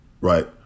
right